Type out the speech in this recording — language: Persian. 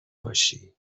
باشی